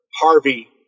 Harvey